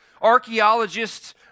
Archaeologists